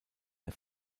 der